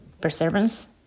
perseverance